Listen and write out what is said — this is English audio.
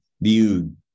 viewed